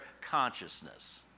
consciousness